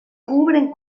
cubren